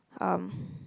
um